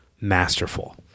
masterful